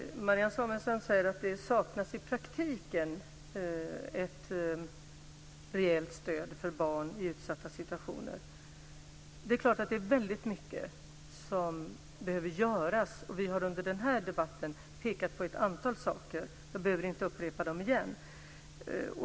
Fru talman! Marianne Samuelsson säger att det i praktiken saknas ett reellt stöd för barn i utsatta situationer. Det är klart att det är väldigt mycket som behöver göras, och vi har under den här debatten pekat på ett antal saker. Jag behöver inte upprepa dem.